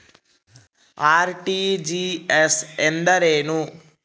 RTGS ಎಂದರೇನು?